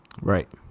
Right